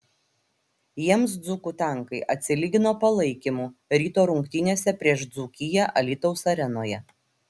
jiems dzūkų tankai atsilygino palaikymu ryto rungtynėse prieš dzūkiją alytaus arenoje